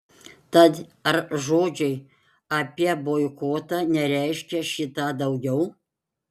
tad ar žodžiai apie boikotą nereiškia šį tą daugiau